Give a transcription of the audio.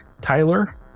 Tyler